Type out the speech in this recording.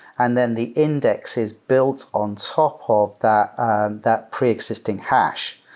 and then the index is built on top of that and that pre-existing hash.